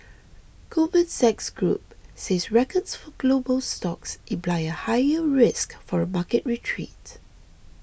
Goldman Sachs Group says records for global stocks imply a higher risk for a market retreat